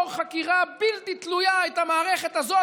חקירה בלתי תלויה את המערכת הזאת,